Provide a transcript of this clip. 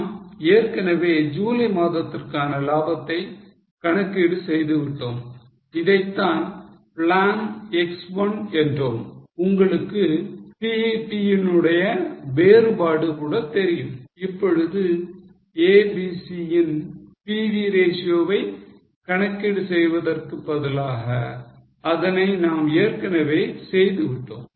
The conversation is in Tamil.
நாம் ஏற்கனவே ஜூலை மாதத்திற்கான லாபத்தை கணக்கீடு செய்து விட்டோம் இதைத்தான் plan X 1 என்றோம் உங்களுக்கு BEP யினுடைய ஒரே வேறுபாடு கூட தெரியும் இப்பொழுது ABC யின் PV ratio வை கணக்கீடு செய்வதற்கு பதிலாக அதனை நாம் ஏற்கனவே செய்து விட்டோம்